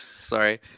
Sorry